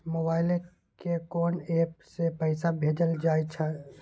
Mobile के कोन app से पैसा भेजल जाए?